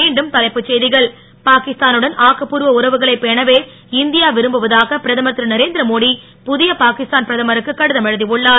மீண்டும் தலைப்புச் செய்திகள் பாகிஸ்தானுடன் ஆக்கபூர்வ உறவுகளை பேணவே இந்தியா விரும்புவதாக பிரதமர் திரு நரேந்திரமோடி புதிய பாகிஸ்தான் பிரதமருக்கு கடிதம் எழுதி உள்ளார்